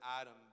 Adam